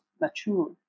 mature